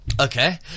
Okay